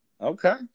Okay